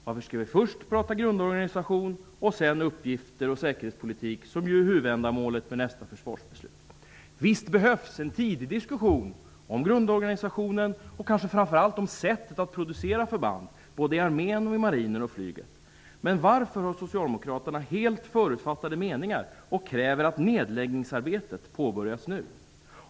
Varför skall vi först prata grundorganisation och sedan uppgifter och säkerhetspolitik, som ju är huvudändamålet med nästa försvarsbeslut? Visst behövs en tidig diskussion om grundorganisationen och kanske framför allt om sättet att producera förband, såväl i armén som i marinen och flyget. Men varför har Socialdemokraterna helt förutfattade meningar och kräver att nedläggningsarbetet skall påbörjas nu?